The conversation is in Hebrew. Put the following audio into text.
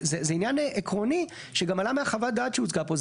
זה עניין עקרוני שגם עלה מחוות הדעת שהוצגה פה.